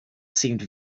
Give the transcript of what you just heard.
seemed